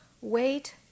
Wait